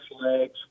legs